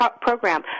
program